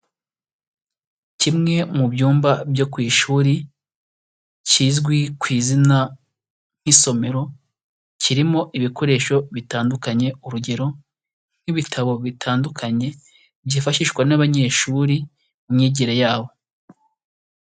Kimwe mu byumba byo ku ishuri kizwi ku izina nk'isomero, kirimo ibikoresho bitandukanye urugero nk'ibitabo bitandukanye, byifashishwa n'abanyeshuri mu myigire yabo.